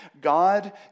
God